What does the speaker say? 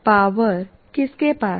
power किसके पास है